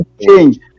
change